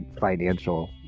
financial